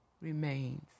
remains